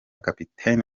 kapiteni